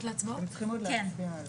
אתם צריכים עוד להצביע.